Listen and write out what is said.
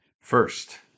First